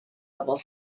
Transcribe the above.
level